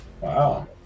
Wow